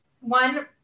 one